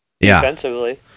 defensively